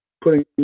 putting